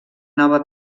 nova